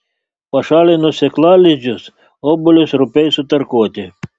pašalinus sėklalizdžius obuolius rupiai sutarkuoti